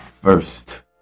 first